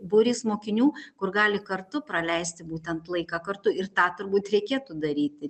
būrys mokinių kur gali kartu praleisti būtent laiką kartu ir tą turbūt reikėtų daryti